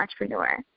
entrepreneur